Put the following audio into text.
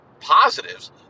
positives